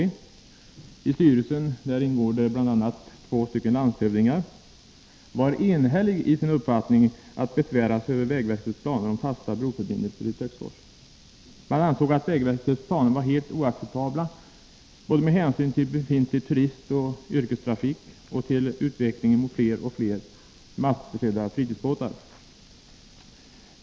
I den styrelsen ingår bl.a. två landshövdingar, och där var man enhällig i sin uppfattning att besvära sig över vägverkets planer beträffande fasta broförbindelser i Töcksfors. Man ansåg att vägverkets planer var helt oacceptabla, med hänsyn både till befintlig turistoch yrkestrafik och till utvecklingen mot fler och fler mastförsedda fritidsbåtar.